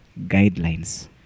guidelines